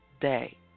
day